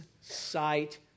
sight